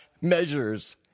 measures